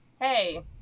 hey